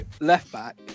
left-back